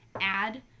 Add